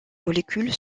molécules